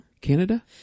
Canada